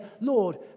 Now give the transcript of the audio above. Lord